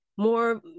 more